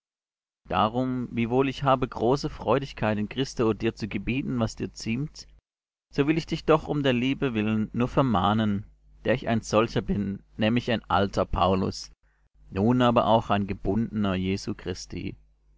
darum wiewohl ich habe große freudigkeit in christo dir zu gebieten was dir ziemt so will ich doch um der liebe willen nur vermahnen der ich ein solcher bin nämlich ein alter paulus nun aber auch ein gebundener jesu christi